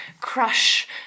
crush